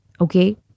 Okay